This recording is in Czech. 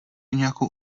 nějakou